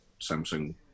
Samsung